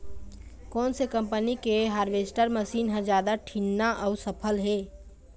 कोन से कम्पनी के हारवेस्टर मशीन हर जादा ठीन्ना अऊ सफल हे?